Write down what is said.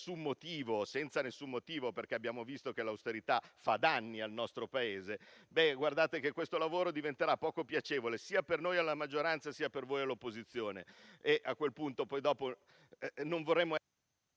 senza nessun motivo (perché abbiamo visto che l'austerità fa danni al nostro Paese), guardate che questo lavoro diventerà poco piacevole sia per noi in maggioranza sia per voi all'opposizione.